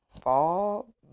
fall